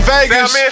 Vegas